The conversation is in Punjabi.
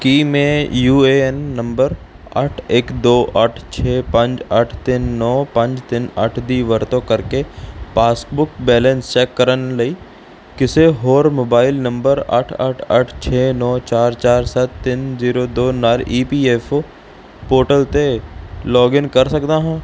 ਕੀ ਮੈਂ ਯੂ ਏ ਐੱਨ ਨੰਬਰ ਅੱਠ ਇੱਕ ਦੋ ਅੱਠ ਛੇ ਪੰਜ ਅੱਠ ਤਿੰਨ ਨੌਂ ਪੰਜ ਤਿੰਨ ਅੱਠ ਦੀ ਵਰਤੋਂ ਕਰਕੇ ਪਾਸਬੁੱਕ ਬੈਲੇਂਸ ਚੈੱਕ ਕਰਨ ਲਈ ਕਿਸੇ ਹੋਰ ਮੋਬਾਈਲ ਨੰਬਰ ਅੱਠ ਅੱਠ ਅੱਠ ਛੇ ਨੌਂ ਚਾਰ ਚਾਰ ਸੱਤ ਤਿੰਨ ਜੀਰੋ ਦੋ ਨਾਲ E P F O portal 'ਤੇ ਲੋਗਿਨ ਕਰ ਸਕਦਾ ਹਾਂ